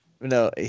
No